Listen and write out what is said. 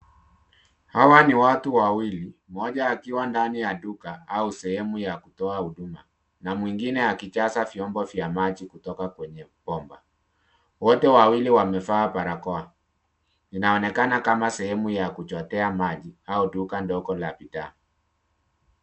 Hawa ni watu wawili, mmoja akiwa ndani ya duka au sehemu ya kutoa huduma na mwingine akijaza vyombo vya maji kutoka kwenye bomba . Wote wawili wamevaa barakoa . Inaonekana kama sehemu ya kuchotea maji au duka ndogo la bidhaa.